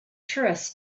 tourists